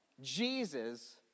Jesus